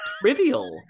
trivial